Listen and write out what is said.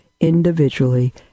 individually